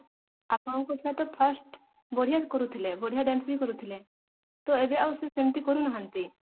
ଆପଣଙ୍କ ଛୁଆ ତ ଫାର୍ଷ୍ଟ ବଢ଼ିଆ କରୁଥିଲେ ବଢ଼ିଆ ଡାନ୍ସ ବି କରୁଥିଲେ ତ ଏବେ ଆଉ ସେ ସେମିତି କରୁନାହାନ୍ତି